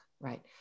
right